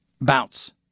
bounce